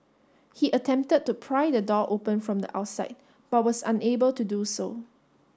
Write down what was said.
he attempted to pry the door open from the outside but was unable to do so